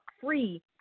free